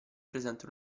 presente